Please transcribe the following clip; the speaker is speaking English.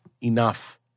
enough